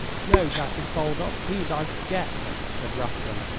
no, dash it, baldock, he's our guest, said rufton.